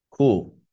cool